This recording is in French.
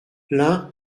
l’un